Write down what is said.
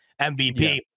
MVP